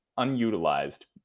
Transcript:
unutilized